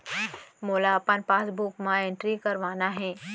मोला अपन पासबुक म एंट्री करवाना हे?